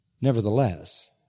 Nevertheless